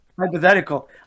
hypothetical